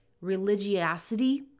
religiosity